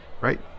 right